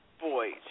boys